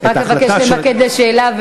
רק אבקש למקד בשאלה,